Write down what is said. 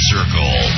Circle